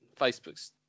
facebook's